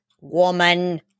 woman